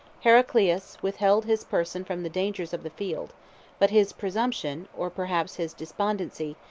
heraclius withheld his person from the dangers of the field but his presumption, or perhaps his despondency,